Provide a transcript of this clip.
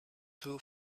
two